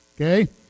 Okay